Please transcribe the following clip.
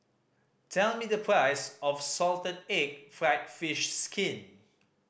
tell me the price of salted egg fried fish skin